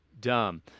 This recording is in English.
Dumb